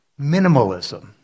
minimalism